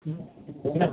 हूँ